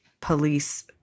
police